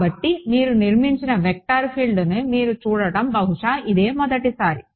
కాబట్టి మీరు నిర్మించిన వెక్టర్ ఫీల్డ్ను మీరు చూడటం బహుశా ఇదే మొదటిసారి